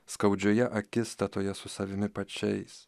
skaudžioje akistatoje su savimi pačiais